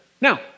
Now